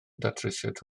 datrysiad